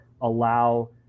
allow